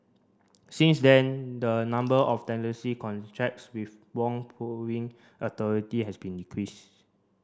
since then the number of tenancy contracts with wrong approving authority has been decreased